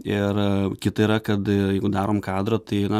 ir kita yra kad jeigu darom kadrą tai na